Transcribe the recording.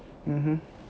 mmhmm